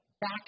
back